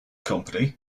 company